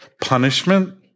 punishment